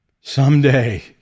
someday